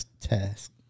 task